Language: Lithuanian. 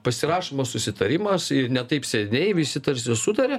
pasirašomas susitarimas ir ne taip seniai visi tarsi sutarė